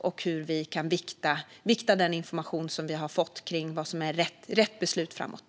Det handlar om hur vi viktar den information vi har fått kring vad som är rätt beslut framåt.